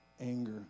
anger